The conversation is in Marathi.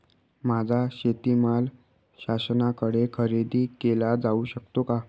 माझा शेतीमाल शासनाकडे खरेदी केला जाऊ शकतो का?